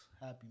happy